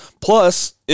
plus